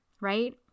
right